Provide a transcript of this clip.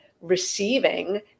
receiving